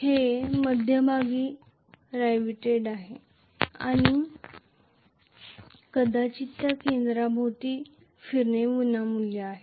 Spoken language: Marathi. हे मध्यभागी रायविटेड आहे आणि कदाचित त्या केंद्राभोवती फिरण्यास मोकळा आहे